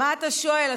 שאלה קצרה,